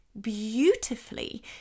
beautifully